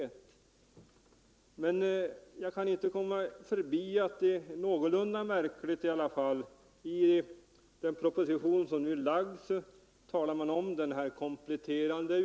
14 november 1974 Jag kan inte underlåta att påpeka att jag finner det en smula märkligt = att i den proposition som nu är lagd talar man om den kompletterande Ang.